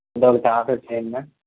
అదొకటి ఆర్డర్ చేయండి మ్యామ్